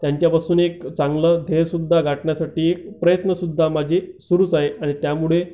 त्यांच्यापासून एक चांगलं ध्येयसुद्धा गाठण्यासाठी एक प्रयत्नसुद्धा माझे सुरूच आहे आणि त्यामुळे